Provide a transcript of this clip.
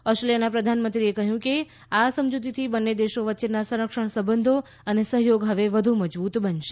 ઓસ્ટ્રેલીયાના પ્રધાનમંત્રીએ કહ્યું કે આ સમજુતીથી બંને દેશો વચ્ચેના સંરક્ષણ સંબંધો અને સહયોગ વધુ મજબુત બનશે